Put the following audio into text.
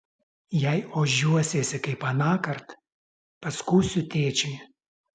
jei ožiuosiesi kaip anąkart paskųsiu tėčiui